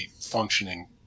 functioning